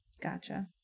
Gotcha